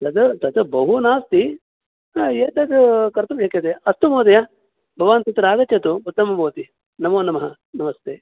यद् तत् बहु नास्ति ह एतत् कर्तुं शक्यते अस्तु महोदया भवान् तत्र आगच्छतु उत्तमं भवति नमो नमः नमस्ते